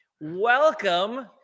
Welcome